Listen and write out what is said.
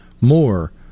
more